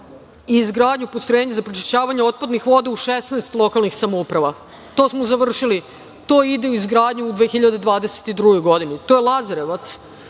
i izgradnju postrojenja za prečišćavanje otpadnih voda u 16 lokalnih samouprava. To smo završili, to ide u izgradnju u 2022. godini. To su Lazarevac,